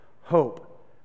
hope